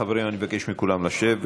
חברים, אני מבקש מכולם לשבת.